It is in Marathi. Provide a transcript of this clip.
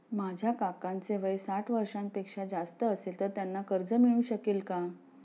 माझ्या काकांचे वय साठ वर्षांपेक्षा जास्त असेल तर त्यांना कर्ज मिळू शकेल का?